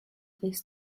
this